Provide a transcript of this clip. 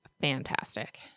fantastic